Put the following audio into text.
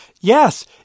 yes